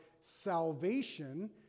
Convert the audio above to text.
salvation